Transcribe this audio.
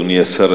אדוני השר,